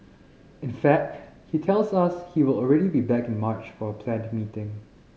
in fact he tells us he will already be back in March for a planned meeting